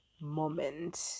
moment